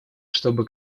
чтобы